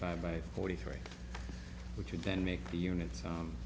five by forty three which would then make the units